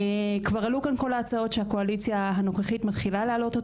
כבר עלו כאן כל ההצעות שהקואליציה הנוכחית מתחילה להעלות.